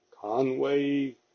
Conway